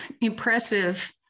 impressive